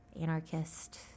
anarchist